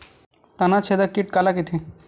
तनाछेदक कीट काला कइथे?